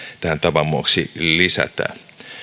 tähän tavan vuoksi lisätään